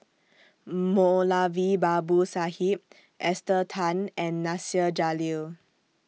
Moulavi Babu Sahib Esther Tan and Nasir Jalil